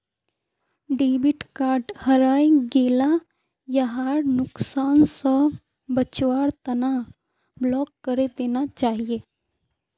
debit card हरई गेला यहार नुकसान स बचवार तना ब्लॉक करे देना चाहिए